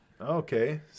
Okay